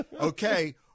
Okay